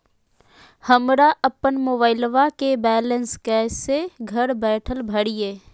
हमरा अपन मोबाइलबा के बैलेंस कैसे घर बैठल भरिए?